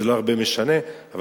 זה לא משנה הרבה,